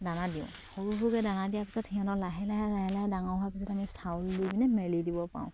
দানা দিওঁ সৰু সৰুকে দানা দিয়াৰ পিছত সিহঁতৰ লাহে লাহে লাহে লাহে ডাঙৰ হোৱাৰ পিছত আমি চাউল মেলি দিব পাৰোঁ